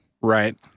Right